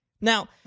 Now